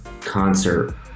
concert